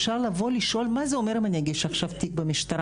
אפשר לבוא לשאול מה זה אומר אם אני אגיש עכשיו תיק במשטרה,